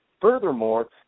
furthermore